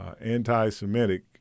anti-Semitic